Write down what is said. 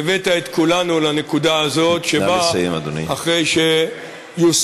והבאת את כולנו לנקודה הזאת שבאה אחרי שהוסרו,